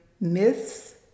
myths